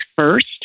first